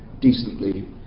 decently